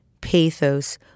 pathos